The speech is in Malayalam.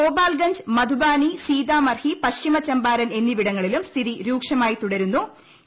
ഗോപാൽഗഞ്ച് മധുബാനി സീതാമർഹിച്ച പ്രശ്ചിമ ചമ്പാരൻ എന്നിവിടങ്ങളിലും സ്ഥിതി രൂക്ഷമായി തുട്രുന്നു